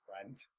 friend